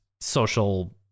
social